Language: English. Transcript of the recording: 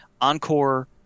Encore